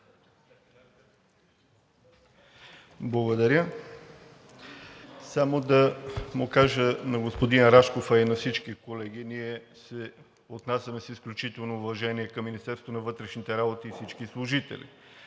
Благодаря. Само да кажа на господин Рашков, а и на всички колеги: ние се отнасяме с изключително уважение към Министерството на вътрешните работи и всичките му служители.